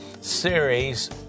series